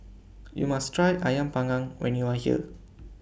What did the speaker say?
YOU must Try Ayam Panggang when YOU Are here